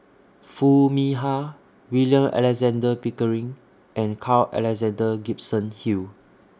Foo Mee Har William Alexander Pickering and Carl Alexander Gibson Hill